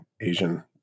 Asian